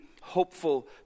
hopeful